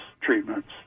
treatments